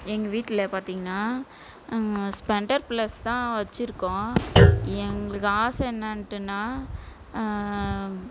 எங்கள் வீட்டில் பார்த்தீங்கன்னா ஸ்பெண்டர் ப்ளஸ் தான் வச்சுருக்கோம் எங்களுக்கு ஆசை என்னான்ட்டுனால்